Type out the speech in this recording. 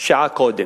שעה קודם.